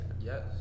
Yes